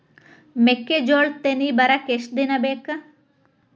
ಮೆಕ್ಕೆಜೋಳಾ ತೆನಿ ಬರಾಕ್ ಎಷ್ಟ ದಿನ ಬೇಕ್?